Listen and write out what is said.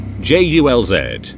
J-U-L-Z